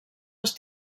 les